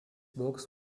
books